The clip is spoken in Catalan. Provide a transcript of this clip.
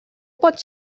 pot